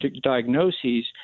diagnoses